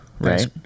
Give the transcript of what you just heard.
right